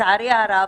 לצערי הרב,